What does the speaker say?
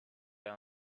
out